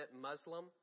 Muslim